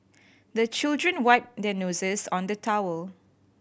the children wipe their noses on the towel